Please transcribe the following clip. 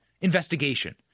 investigation